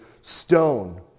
stone